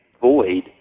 void